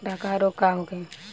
डकहा रोग का होखे?